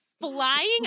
flying